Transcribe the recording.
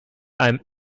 einem